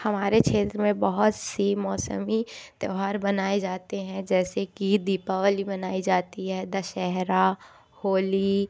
हमारे क्षेत्र में बोहोत सी मौसमी त्योहार मनाए जाते हैं जैसे कि दिपावली मनाई जाती है दशहरा होली